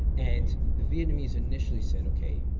and the vietnamese initially said, okay,